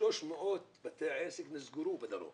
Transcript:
כ-300 בתי עסק נסגרו בדרום